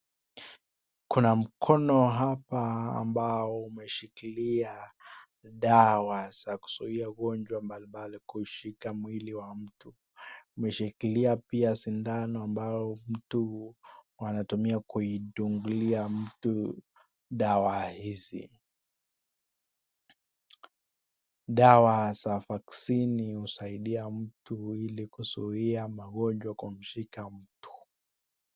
Kuna mkono hapa ambao umeshikilia dawa za kuzuia magonjwa mbalimbali kushika mwili wa mtu. Umeshikilia pia sindano ambalo mtu anatumia kudungia mtu dawa hizi. Dawa za vaccine husaidia mtu ili kuzuia magonjwa kumshika mtu.